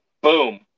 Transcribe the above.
Boom